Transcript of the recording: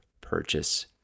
purchase